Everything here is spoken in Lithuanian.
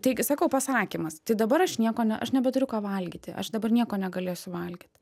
taigi sakau pasakymas tai dabar aš nieko ne aš nebeturiu ką valgyti aš dabar nieko negalėsiu valgyt